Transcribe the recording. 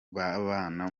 babana